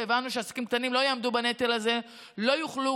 והבנו שהעסקים הקטנים לא יעמדו בנטל הזה ולא יוכלו